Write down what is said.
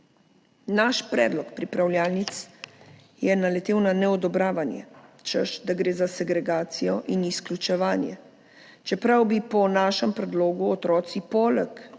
Naš predlog pripravljalnic je naletel na neodobravanje, češ da gre za segregacijo in izključevanje, čeprav bi po našem predlogu otroci poleg